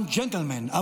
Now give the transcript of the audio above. של נעליך?